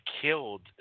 killed